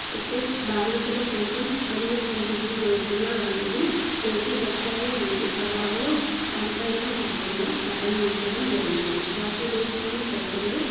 అయితే బాలికల కోసం సుకన్య సమృద్ధి యోజన అనేది బేటి బచావో బేటి పడావో క్యాంపైన్లో భాగంగా ప్రారంభించడం జరిగినది భారతదేశం ప్రజలు